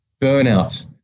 burnout